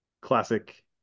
classic